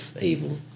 evil